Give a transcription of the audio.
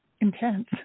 intense